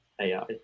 AI